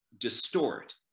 distort